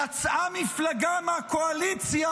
יצאה מפלגה מהקואליציה,